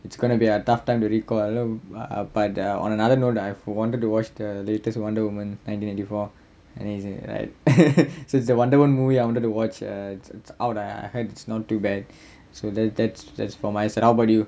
it's gonna be a tough time to recall uh but uh on another note that I wanted to watch the latest wonder woman nineteen eighty four and is right so it's the wonder woman movie I wanted to watch uh it's out I heard it's not too bad so that's that's that's for my side how about you